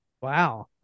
Wow